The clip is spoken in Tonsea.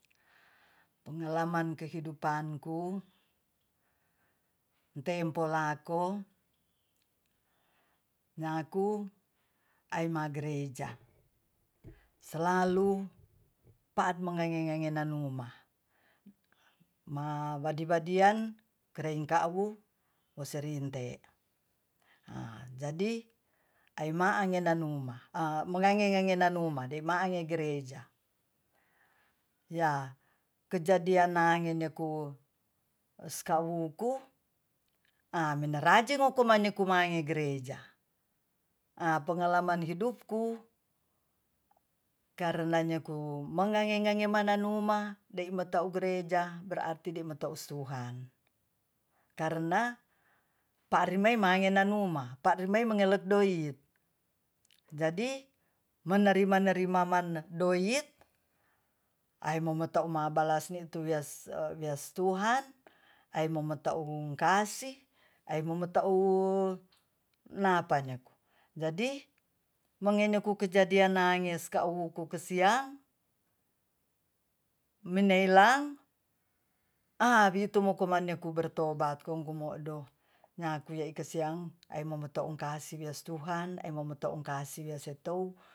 Pengalaman kehidupanku tempo lako nyaku aima gereja selalu pa'at mongengenanuma mawadi-wadian kerengkawu woserinte a jadi aimaan mangenanuma- edema'ange gereja ya kejadian nangedeku skuauku a menarajingguykumane-mane gereja a penglaman hidupku karna nyeku mengangemananumu dei mata'u gereja berarti de'i mata'u stuhan karna parimae mangena numa pa'rimae mangilek doid jadi menerima-manerima doid aimomate'uma balsni tuweyas stuhan aimomata'u kasih aimomata'u napanyok jadi mengeneku kejadian nageska uku kesiang mineilang a witenumakenu bertobat kong kumo'do nyke u kesiang ai momonto'u kasih wiyos tuhan aimomountukasih weyis setou